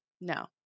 No